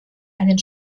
einen